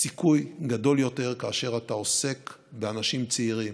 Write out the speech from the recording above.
הסיכוי גדול יותר כאשר אתה עוסק באנשים צעירים.